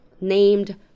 named